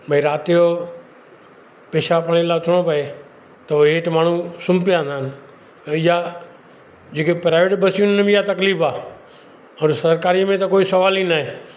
भई राति जो पेशाबु पाणी लाइ उथिणो पिए त उहो हेठि माण्हू सुम्ही पिया हूंदा आहिनि या जेके प्रायवेट बसियूं आहिनि हुन में इया तकलीफ़ आहे पर सरकारी में त कोई सवाल ई नाहे